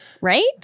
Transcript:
right